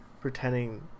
pretending